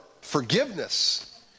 forgiveness